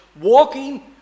walking